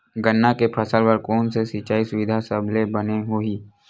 गन्ना के फसल बर कोन से सिचाई सुविधा सबले बने होही?